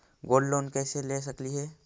Gold loan कैसे ले सकली हे?